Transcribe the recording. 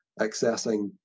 accessing